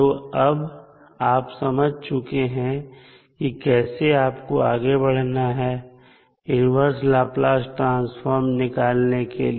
तो अब आप समझ चुके हैं की कैसे आपको आगे बढ़ना है इन्वर्स लाप्लास ट्रांसफॉर्म निकालने के लिए